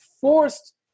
forced